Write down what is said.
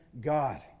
God